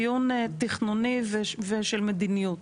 דיון תכנוני ושל מדיניות.